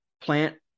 plant